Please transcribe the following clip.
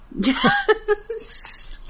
Yes